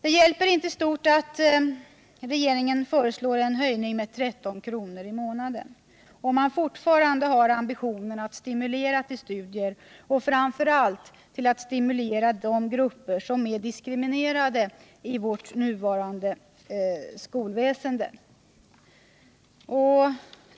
Det hjälper inte stort att regeringen föreslår en höjning med 13 kr. i månaden, om man fortfarande har ambitionen att stimulera till studier och framför allt att stimulera de grupper som diskrimineras i vårt nuvarande skolväsende.